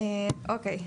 אוקיי.